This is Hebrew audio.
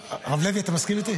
אתה מסכים איתי?